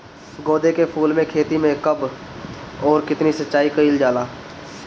गेदे के फूल के खेती मे कब अउर कितनी सिचाई कइल जाला?